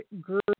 group